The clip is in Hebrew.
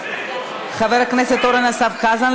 חבר הכנסת אורן אסף חזן,